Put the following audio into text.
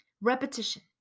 Repetition